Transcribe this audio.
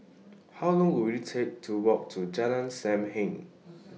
How Long Will IT Take to Walk to Jalan SAM Heng